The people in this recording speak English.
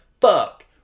Fuck